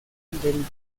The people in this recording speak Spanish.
del